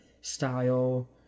style